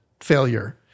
failure